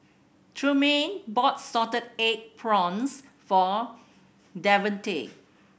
Trumaine bought salted egg prawns for Devontae